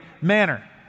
manner